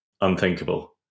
unthinkable